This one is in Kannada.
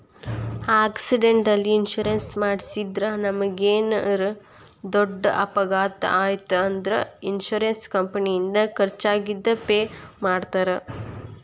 ಆಕ್ಸಿಡೆಂಟಲ್ ಇನ್ಶೂರೆನ್ಸ್ ಮಾಡಿಸಿದ್ರ ನಮಗೇನರ ದೊಡ್ಡ ಅಪಘಾತ ಆಯ್ತ್ ಅಂದ್ರ ಇನ್ಶೂರೆನ್ಸ್ ಕಂಪನಿಯಿಂದ ಖರ್ಚಾಗಿದ್ ಪೆ ಮಾಡ್ತಾರಾ